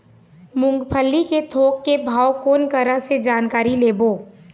मूंगफली के थोक के भाव कोन करा से जानकारी लेबो?